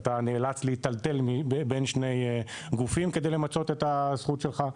אתה נאלץ להיטלטל בין שני גופים כדי למצות את הזכות שלך,